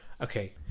okay